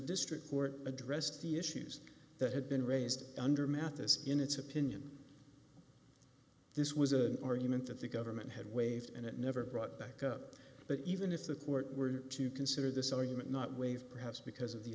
district court addressed the issues that had been raised under mathis in its opinion this was an argument that the government had waived and it never brought back up but even if the court were to consider this argument not waive perhaps because of the